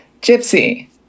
Gypsy